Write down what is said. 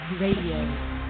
Radio